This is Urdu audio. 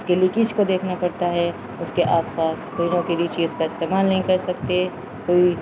اس کے لیکیج کو دیکھنا پڑتا ہے اس کے آس پاس کوئی نوں کے لی چیز کا استعمال نہیں کر سکتے کوئی